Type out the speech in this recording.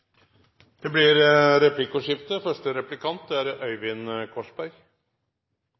Det blir replikkordskifte.